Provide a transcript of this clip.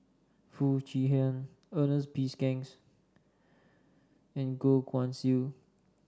Foo Chee Han Ernest P and Goh Guan Siew